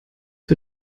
für